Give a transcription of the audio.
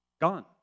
Gone